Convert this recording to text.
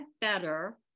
better